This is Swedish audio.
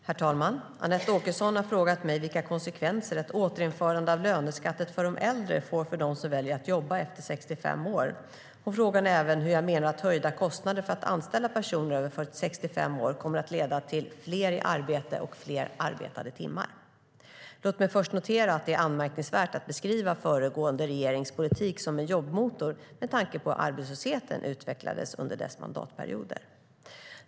Herr talman! Anette Åkesson har frågat mig vilka konsekvenser ett återinförande av löneskatten för de äldre får för dem som väljer att jobba efter 65 år. Hon frågar även hur jag menar att höjda kostnader för att anställa personer över 65 år kommer att leda till fler i arbete och fler arbetade timmar. Låt mig först notera att det är anmärkningsvärt att beskriva föregående regerings politik som en jobbmotor med tanke på hur arbetslösheten utvecklades under dess mandatperioder.